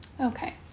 Okay